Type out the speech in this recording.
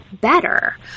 better